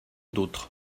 d’autre